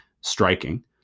striking